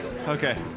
Okay